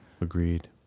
Agreed